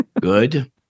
Good